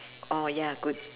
orh ya good